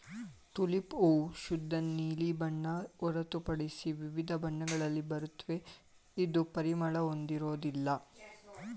tulip ಹೂ ಶುದ್ಧ ನೀಲಿ ಬಣ್ಣ ಹೊರತುಪಡಿಸಿ ವಿವಿಧ ಬಣ್ಣಗಳಲ್ಲಿ ಬರುತ್ವೆ ಇದು ಪರಿಮಳ ಹೊಂದಿರೋದಿಲ್ಲ